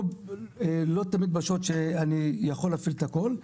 לא תמיד בשעות שאני יכול להפעיל את הכל,